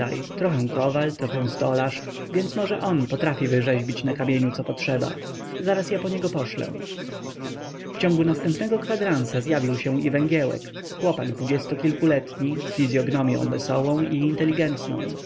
kowal trochę stolarz więc może on potrafi wyrzeźbić na kamieniu co potrzeba zaraz ja po niego poszlę w ciągu następnego kwadransa zjawił się i węgiełek chłopak dwudziestokilkoletni z fizyognomią wesołą i inteligentną